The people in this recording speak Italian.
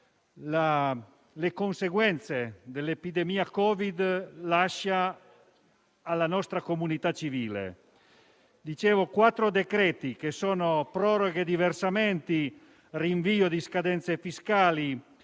le conseguenze dell'epidemia Covid lasciano alla nostra comunità civile. Questi quattro decreti-legge contengono proroghe di versamenti, rinvio di scadenze fiscali,